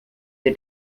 wir